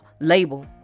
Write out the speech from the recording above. label